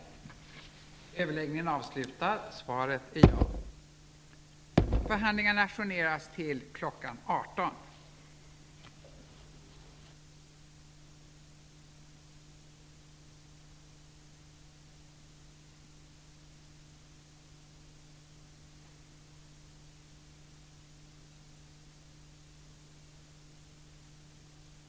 Återupptagna förhandlingar